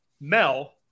Mel